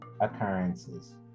occurrences